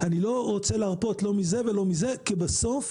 אני לא רוצה להרפות לא מזה ולא מזה, כי בסוף